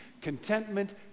contentment